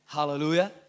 Hallelujah